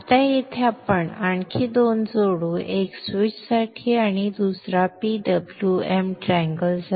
आता येथे आपण आणखी दोन जोडू एक स्विचसाठी आणि दुसरा PWM त्रिकोणासाठी